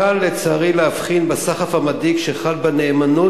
קל לצערי להבחין בסחף המדאיג שחל בנאמנות